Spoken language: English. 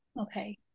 Okay